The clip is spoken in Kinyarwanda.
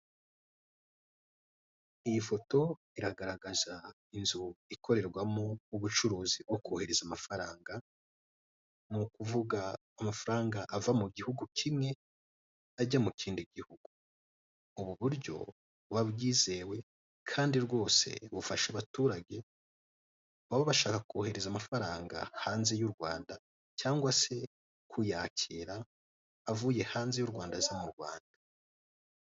Iyi foto iragaragaza inzu ikorerwamo ubucuruzi bwo kohereza amafaranga, nukuvuga amafaranga ava mu guhugu kimwe ajya mukindi gihugu. Ubu buryo buba bwizewe kandi rwose bufasha abaturage baba bashaka kohereza amafaranga hanze y'u Rwanda cyangwa se kuyakira avuye hanze y'u Rwanda aza mu Rwanda.